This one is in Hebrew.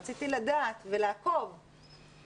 הטלפון שלו היה בבית ורציתי לדעת ולעקוב אחר מה שקורה.